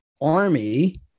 army